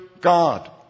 God